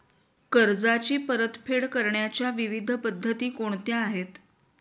कर्जाची परतफेड करण्याच्या विविध पद्धती कोणत्या आहेत?